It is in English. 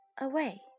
away